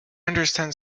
understand